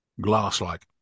glass-like